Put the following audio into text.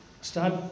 Start